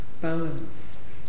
balance